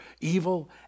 evil